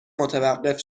متوقف